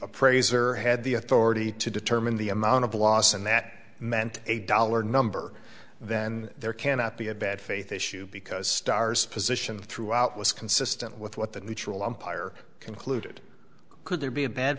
appraiser had the authority to determine the amount of the loss and that meant a dollar number then there cannot be a bad faith issue because stars position throughout was consistent with what the neutral umpire concluded could there be a bad